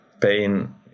pain